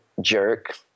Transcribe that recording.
jerk